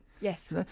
Yes